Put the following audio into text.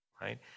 right